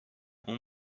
اون